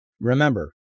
Remember